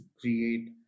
create